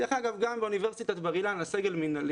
דרך אגב, גם באוניברסיטת בר אילן, עם הסגל המינהלי